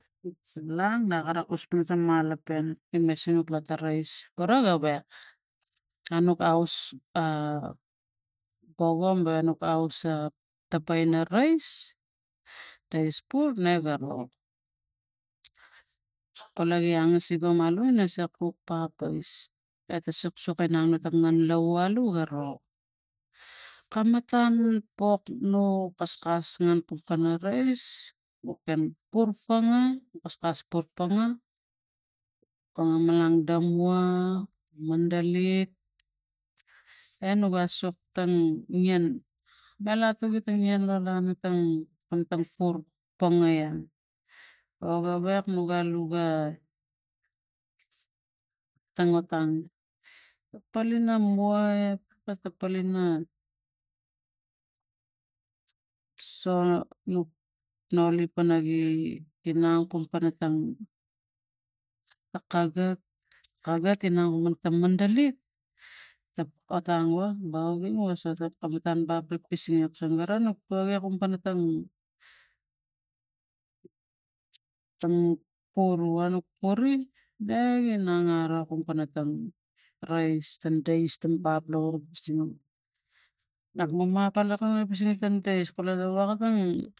Nang nara kus nu ta malopen eme sinuk lo ta rais gara gawek anuk avus a bogom ba nuk avus a tapa ina rais ta ispul ne garo kulau gi angasik imalu ina sak kuk papais eta suksuk inang ga mata alu ga ro kam matan pok nuk kaskas ngan pukana rais woken pur panga kama malang da mua, medalik e nuga suk ta ngian malatung ti tangin ta ngian lo lana tang kam mata tur ponge iang o gawek nuga luga tango tang palino mua puketa palino so nuk noli ponagi inang kuk pana tang ta kaga kaga tinang ma tang mendalik ta otang va bau ga wasara kam matong bap la pisinga ngek sun wara nuk puge kumpana tang purua nuk puri ne ginang aro kum pana tang rais tam dais gi bap lava puseng